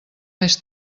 més